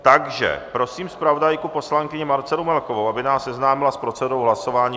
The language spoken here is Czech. Takže prosím zpravodajku poslankyni Marcelu Melkovou, aby nás seznámila s procedurou hlasování.